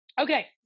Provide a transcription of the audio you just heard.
Okay